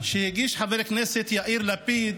שהגיש חבר הכנסת יאיר לפיד